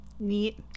Neat